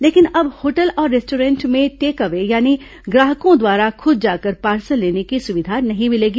लेकिन अब होटल और रेस्टॉरेंटों में टेक अवे यानी ग्राहकों द्वारा खुद जाकर पार्सल लेने की सुविधा नहीं मिलेगी